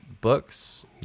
books